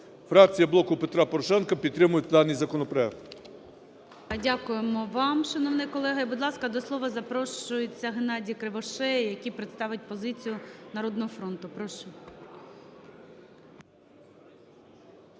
Фракція "Блоку Петра Порошенка" підтримує даний законопроект. ГОЛОВУЮЧИЙ. Дякую вам, шановний колего. І, будь ласка, до слова запрошується ГеннадійКривошея, який представить позицію "Народного фронту". Прошу.